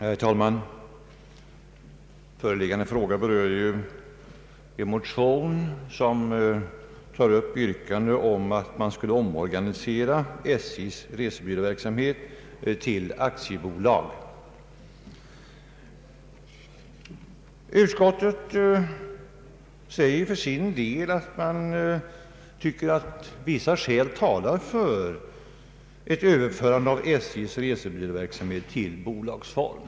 Herr talman! Föreliggande utlåtande berör en motion, vari yrkas på en omorganisation av SJ:s resebyråverksamhet till aktiebolag. Utskottet säger att vissa skäl talar för ett överförande av SJ:s resebyråverksamhet till bolagsform.